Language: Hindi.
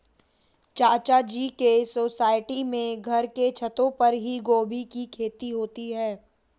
चाचा जी के सोसाइटी में घर के छतों पर ही गोभी की खेती होती है